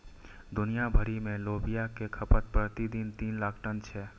दुनिया भरि मे लोबिया के खपत प्रति दिन तीन लाख टन छै